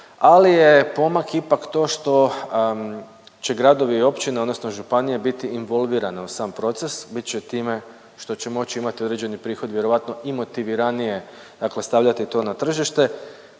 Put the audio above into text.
ali je pomak ipak to što će gradovi i općine odnosno županije biti involvirane u sam proces, bit će time što će moći imati uređeni prihod vjerojatno i motiviranije dakle stavljati to na tržište.